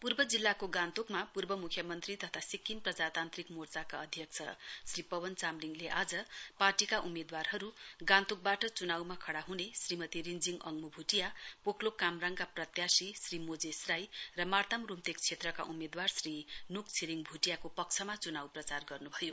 पूर्व जिल्लाको गान्तोकमा पूर्व मुख्यमन्त्री तथा सिक्किम प्रजातान्त्रिक मोर्चाका अध्यक्ष श्री पवन चामलिङले आज पार्टीका उम्मेदवारहरू गान्तोकबाट च्नाउमा खड़ा ह्ने श्रीमती रिञ्जिङ अङ्मू भुटिया पोकलोक कामराङका प्रत्याशी श्री मोजेस राई र मार्ताम रूम्तेक क्षेत्रका उम्मेदवार श्री न्क छिरिङ भ्टियाको पक्षमा च्नाउ प्रचार गर्न्भयो